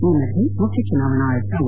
ಈ ಮಧ್ಯ ಮುಖ್ಯ ಚುನಾವಣಾ ಆಯುಕ್ತ ಒ